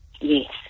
Yes